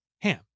ham